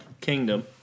kingdom